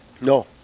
No